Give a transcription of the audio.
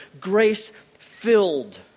grace-filled